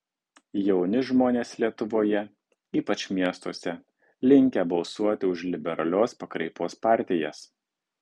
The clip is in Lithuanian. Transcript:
jauni žmonės lietuvoje ypač miestuose linkę balsuoti už liberalios pakraipos partijas